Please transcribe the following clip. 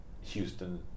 Houston